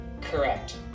correct